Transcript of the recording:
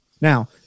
Now